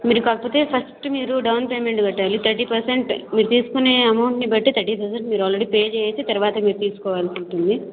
మీరు కాకపోతే ఫస్ట్ మీరు డౌన్ పేమెంట్ కట్టాలి థర్టి పర్సెంట్ మీరు తీసుకునే ఎమౌంట్ని బట్టి థర్టీ థౌజండ్ మీరు ఆల్రెడి పే చేసేసి తర్వాత మీరు తీసుకోవాల్సి ఉంటుంది